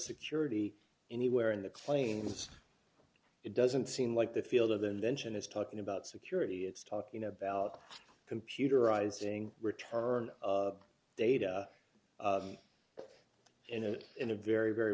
security anywhere in the claims it doesn't seem like the field of the invention is talking about security it's talking about computerizing return data in a in a very very